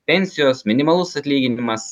pensijos minimalus atlyginimas